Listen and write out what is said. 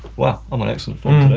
wow, i'm in excellent form and